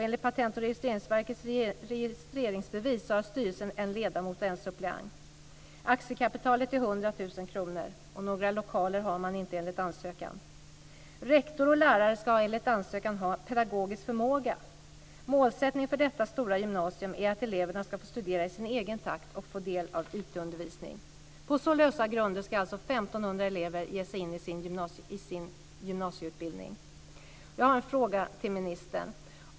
Enligt Patent och registreringsverkets registreringsbevis har styrelsen en ledamot och en suppleant. Aktiekapitalet är 100 000 kr, och några lokaler har man inte, enligt ansökan. Rektor och lärare ska enligt ansökan ha pedagogisk förmåga. Målsättningen för detta stora gymnasium är att eleverna ska få studera i sin egen takt och få del av IT-undervisning. På så lösa grunder ska alltså 1 500 elever ge sig in i sin gymnasieutbildning. Jag har en fråga till ministern.